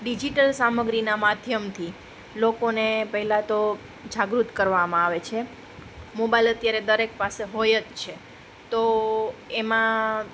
digital સામગ્રીના મધ્યમથી લોકોને પહેલા તો જાગૃત કરવામાં આવે છે મોબાઈલ અત્યારે દરેક પાસે હોય જ છે તો એમાં